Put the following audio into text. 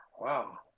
Wow